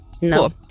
no